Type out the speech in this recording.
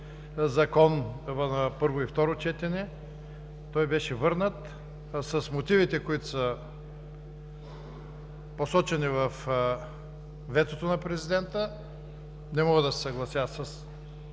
Закон на първо и второ четене. Той беше върнат с мотивите, които са посочени във ветото на президента. Не мога да се съглася с